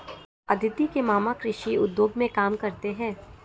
अदिति के मामा कृषि उद्योग में काम करते हैं